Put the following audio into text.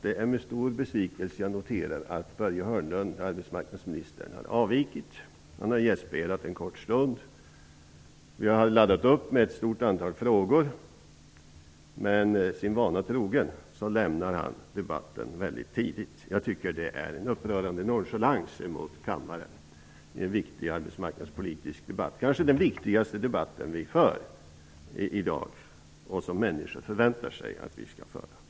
Det är med stor besvikelse jag noterar att arbetsmarknadsminister Börje Hörnlund har avvikit. Han har gästspelat en kort stund. Jag hade laddat upp med ett stort antal frågor, men sin vana trogen lämnar Börje Hörnlund debatten väldigt tidigt. Jag tycker att det är en upprörande nonchanlans mot kammaren. Det här är en viktig arbetsmarknadspolitisk debatt -- kanske den viktigaste debatt vi för i dag. Människor förväntar sig att vi skall föra den.